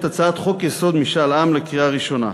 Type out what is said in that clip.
הצעת חוק-יסוד: משאל עם לקריאה ראשונה.